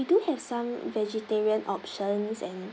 we do have some vegetarian options and